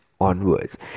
onwards